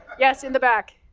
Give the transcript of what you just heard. yes, in the back.